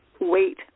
wait